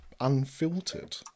unfiltered